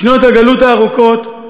בשנות הגלות הארוכות,